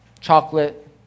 Chocolate